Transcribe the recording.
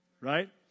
right